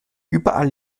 überall